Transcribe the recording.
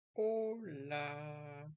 Hola